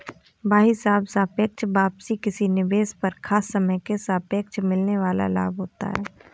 भाई साहब सापेक्ष वापसी किसी निवेश पर खास समय के सापेक्ष मिलने वाल लाभ होता है